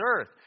earth